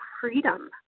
freedom